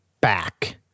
back